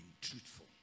truthful